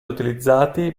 utilizzati